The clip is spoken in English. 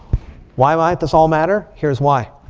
why might this all matter? here's why.